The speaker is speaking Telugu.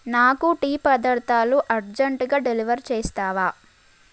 నాకు టీ పదార్ధాలు అర్జంట్గా డెలివర్ చేస్తావా